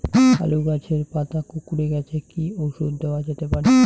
আলু গাছের পাতা কুকরে গেছে কি ঔষধ দেওয়া যেতে পারে?